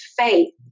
faith